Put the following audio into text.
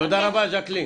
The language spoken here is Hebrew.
תודה רבה ז'קלין.